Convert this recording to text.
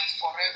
forever